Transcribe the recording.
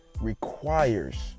requires